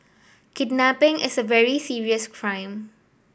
kidnapping is a very serious crime